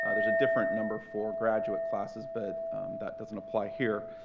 ah there's a different number for graduate classes, but that doesn't apply here.